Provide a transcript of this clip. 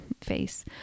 face